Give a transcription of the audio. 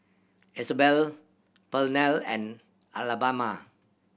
Isabel Pernell and Alabama